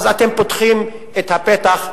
אתם פותחים את הפתח,